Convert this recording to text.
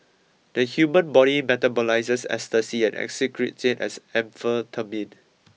the human body metabolises ecstasy and excretes it as amphetamine